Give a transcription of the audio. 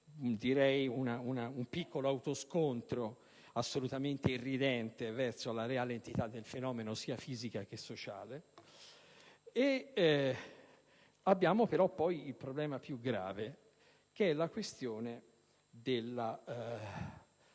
signore, un piccolo autoscontro assolutamente irridente verso la reale entità del fenomeno sia fisica che sociale. Vi è il problema più grave: la questione del lato